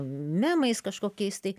memais kažkokiais tai